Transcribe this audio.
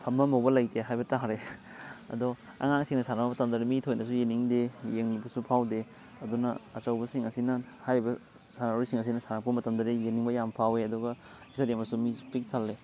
ꯐꯝꯐꯝꯐꯧꯕ ꯂꯩꯇꯦ ꯍꯥꯏꯕ ꯇꯥꯔꯦ ꯑꯗꯣ ꯑꯉꯥꯡꯁꯤꯡꯅ ꯁꯥꯟꯅꯕ ꯃꯇꯝꯗꯅ ꯃꯤ ꯊꯣꯏꯅꯁꯨ ꯌꯦꯡꯗꯤꯡꯗꯦ ꯌꯦꯡꯅꯤꯡꯕꯁꯨ ꯐꯥꯎꯗꯦ ꯑꯗꯨꯅ ꯑꯆꯧꯕꯁꯤꯡ ꯑꯁꯤꯅ ꯍꯥꯏꯔꯤꯕ ꯁꯥꯟꯅꯔꯣꯏꯁꯤꯡ ꯑꯁꯤꯅ ꯁꯥꯟꯅꯔꯛꯄ ꯃꯇꯝꯗꯗꯤ ꯌꯦꯡꯅꯤꯡꯕ ꯌꯥꯝ ꯐꯥꯎꯋꯦ ꯑꯗꯨꯒ ꯏꯁꯇꯦꯗꯤꯌꯝꯗꯨꯁꯨ ꯃꯤ ꯄꯤꯛ ꯊꯜꯂꯤ